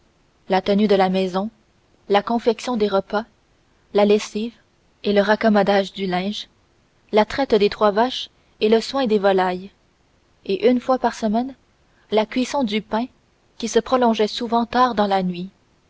la tenue de la maison la confection des repas la lessive et le raccommodage du linge la traite des trois vaches et le soin des volailles et une fois par semaine la cuisson du pain qui se prolongeait souvent tard dans la nuit